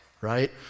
right